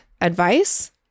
advice